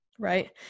Right